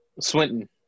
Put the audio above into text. Swinton